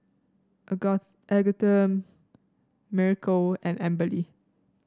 Aga Agatha Miracle and Amberly